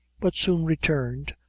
but soon returned,